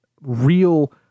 real